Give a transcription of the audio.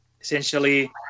essentially